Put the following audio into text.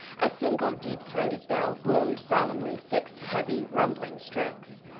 a single deep-throated bell boomed solemnly six heavy, rumbling strokes.